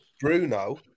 Bruno